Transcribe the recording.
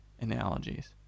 analogies